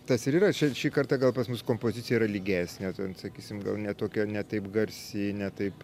tas ir yra čia šį kartą gal pas mus kompozicija yra lygesnė ten sakysim gal ne tokia ne taip garsiai ne taip